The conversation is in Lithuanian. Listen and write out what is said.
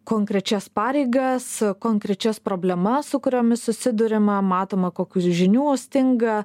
konkrečias pareigas konkrečias problemas su kuriomis susiduriama matoma kokių žinių stinga